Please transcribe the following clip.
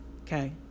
okay